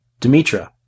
Demetra